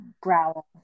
growl